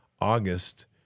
August